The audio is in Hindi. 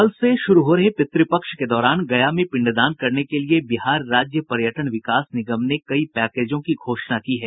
कल से शुरू हो रहे पितृपक्ष के दौरान गया में पिंडदान करने के लिये बिहार राज्य पर्यटन विकास निगम ने कई पैकेजों की घोषणा की है